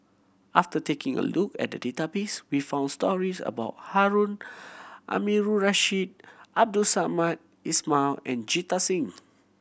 after taking a look at the database we found stories about Harun Aminurrashid Abdul Samad Ismail and Jita Singh